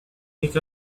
pick